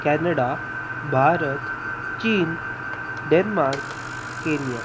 Canada Bharat China Denmark Kenya